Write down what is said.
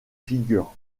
figure